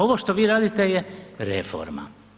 Ovo što vi radite je reforma.